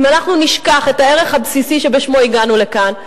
אם אנחנו נשכח את הערך הבסיסי שבשמו הגענו לכאן,